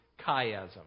chiasm